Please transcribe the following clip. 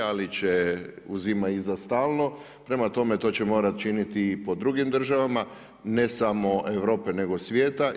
Ali će, uzima i za stalno, prema tome to će morat činiti i po drugim državama ne samo Europe, nego svijeta.